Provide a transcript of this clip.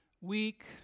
week